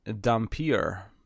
Dampier